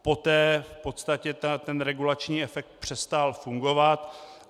Poté v podstatě regulační efekt přestal fungovat.